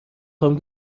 خوام